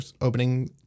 opening